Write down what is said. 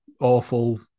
awful